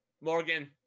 Morgan